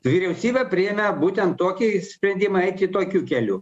vyriausybė priėmė būtent tokį sprendimą eiti tokiu keliu